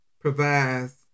provides